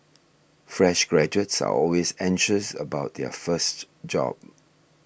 fresh graduates are always anxious about their first job